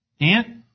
Aunt